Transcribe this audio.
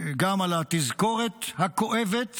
גם על התזכורת הכואבת